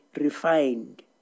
refined